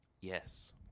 Yes